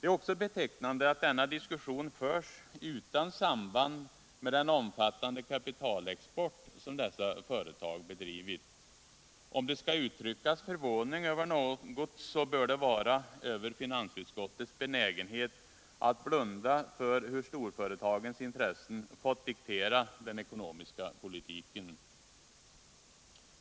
Det är också betecknande att denna diskussion förs utan samband med den omfattande kapitalexport som dessa företag bedrivit. Om det skall uttryckas förvåning över något, bör det vara över finansutskottets benägenhet att blunda för hur storföretagens intressen fått diktera den ekonomiska politiken.